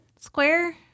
square